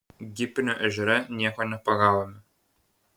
gipinio ežere nieko nepagavome